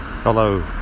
Hello